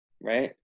right